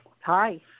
Hi